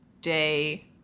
day